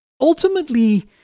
ultimately